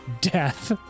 death